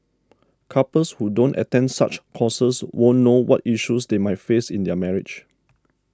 couples who don't attend such courses won't know what issues they might face in their marriage